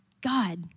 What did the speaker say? God